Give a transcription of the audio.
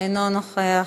אינו נוכח.